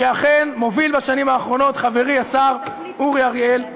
שאכן מוביל בשנים האחרונות חברי השר אורי אריאל,